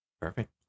Perfect